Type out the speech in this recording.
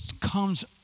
comes